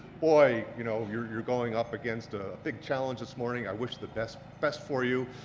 boy, you know you're you're going up against a big challenge this morning. i wish the best best for you.